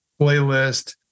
playlist